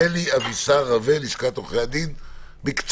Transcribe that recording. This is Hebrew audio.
רלי אבישר רווה, מלשכת עורכי הדין, בבקשה.